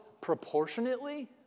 proportionately